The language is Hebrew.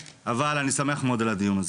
אבל אני שמח מאוד על הדיון הזה,